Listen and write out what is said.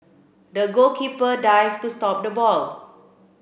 the goalkeeper dive to stop the ball